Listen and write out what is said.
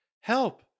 Help